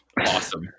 Awesome